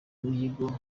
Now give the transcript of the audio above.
mihigo